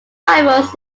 rivals